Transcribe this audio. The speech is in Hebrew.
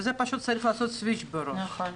וזה פשוט צריך לעשות סוויץ' בראש,